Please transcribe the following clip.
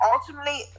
ultimately